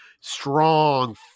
strong